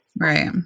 Right